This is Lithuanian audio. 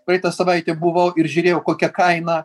praeitą savaitę buvau ir žiūrėjau kokia kaina